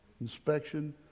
inspection